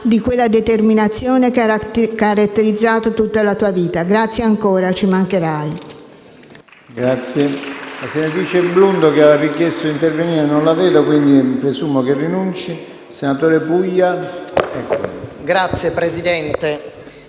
di quella determinazione che hanno caratterizzato tutta la tua vita. Grazie ancora, ci mancherai.